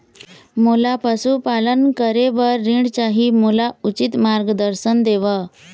मोला पशुपालन करे बर ऋण चाही, मोला उचित मार्गदर्शन देव?